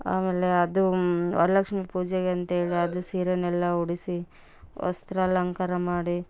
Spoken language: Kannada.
ಆಮೇಲೆ ಅದು ವರಲಕ್ಷ್ಮಿ ಪೂಜೆಗಂತೇಳಿ ಅದು ಸೀರೆಯನ್ನೆಲ್ಲ ಉಡಿಸಿ ವಸ್ತ್ರ ಅಲಂಕಾರ ಮಾಡಿ